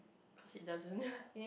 cause it doesn't